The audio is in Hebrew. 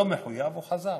לא מחויב, הוא חזר.